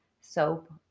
soap